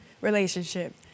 relationship